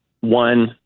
One